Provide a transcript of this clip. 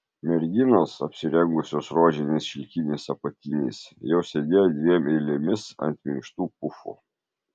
merginos apsirengusios rožiniais šilkiniais apatiniais jau sėdėjo dviem eilėmis ant minkštų pufų